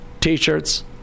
t-shirts